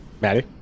maddie